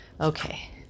okay